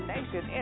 Nation